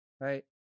right